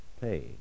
pay